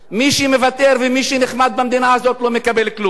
מי שמוותר ומי שנחמד במדינה הזאת לא מקבל כלום.